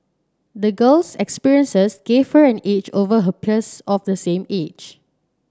the girl's experiences gave her an edge over her peers of the same age